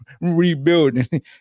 rebuilding